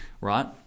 Right